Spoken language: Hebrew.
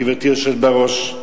גברתי היושבת בראש,